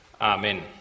Amen